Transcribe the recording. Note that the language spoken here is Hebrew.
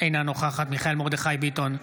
אינה נוכחת מיכאל מרדכי ביטון,